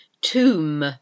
Tomb